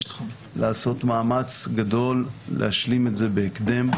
אני מבקש לעשות מאמץ גדול להשלים את זה בהקדם.